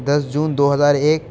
دس جون دوہزار ایک